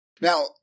Now